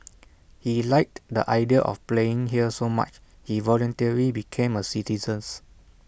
he liked the idea of playing here so much he voluntarily became A citizens